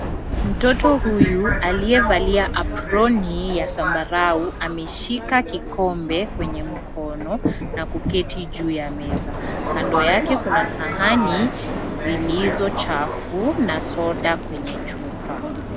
Mtoto huyu aliyevalia aproni ya zambarau, ameshika kikombe kwenye mkono, na kuketi juu ya meza. Kando yake kuna sahani zilizo chafu na soda kwenye chupa.